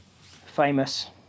famous